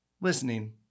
listening